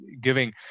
giving